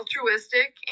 altruistic